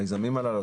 המיזמים הללו,